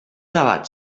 debat